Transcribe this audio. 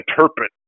interpret